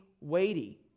weighty